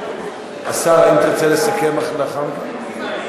השר, אם תרצה לסכם לאחר מכן.